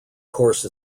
course